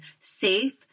safe